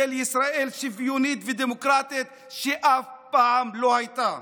של ישראל שוויונית ודמוקרטית שאף פעם לא הייתה.